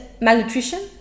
malnutrition